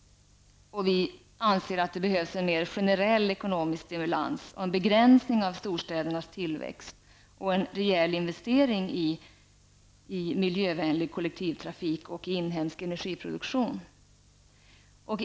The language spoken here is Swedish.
Vi anser att det behövs en mer generell ekonomisk stimulans, en begränsning av storstädernas tillväxt och en rejäl investering i miljövänlig kollektivtrafik och i inhemsk energiproduktion.